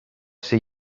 see